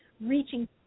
reaching